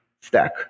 stack